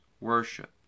worship